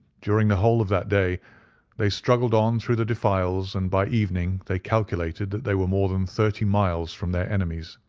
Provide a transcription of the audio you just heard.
during the whole of that day they struggled on through the defiles, and by evening they calculated that they were more than thirty miles from their enemies.